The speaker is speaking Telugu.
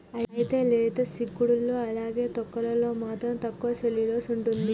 అయితే లేత సిక్కుడులో అలానే తొక్కలలో మాత్రం తక్కువ సెల్యులోస్ ఉంటుంది